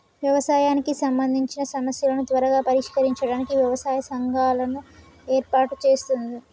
వ్యవసాయానికి సంబందిచిన సమస్యలను త్వరగా పరిష్కరించడానికి వ్యవసాయ సంఘాలను ఏర్పాటు చేస్తుంది